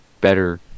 better